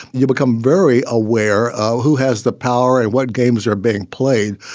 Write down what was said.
you become very aware of who has the power and what games are being played.